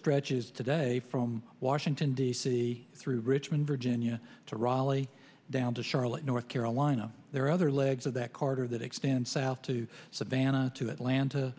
stretches today from washington d c through richmond virginia to raleigh down to charlotte north carolina there are other legs of that carter that extends out to savannah to atlanta